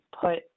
put